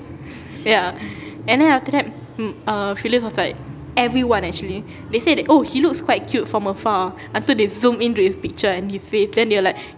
ya and then after that mm err phyllis was like everyone actually they said that oh he looks quite cute from afar until they zoomed into his picture and his face then they're like